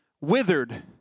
withered